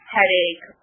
headache